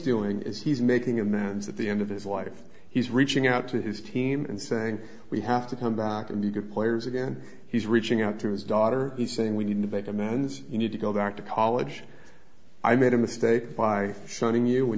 doing is he's making amends at the end of his life he's reaching out to his team and saying we have to come back in the good players again he's reaching out to his daughter he's saying we need a bit a man's you need to go back to college i made a mistake by sending you when